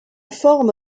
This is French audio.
forme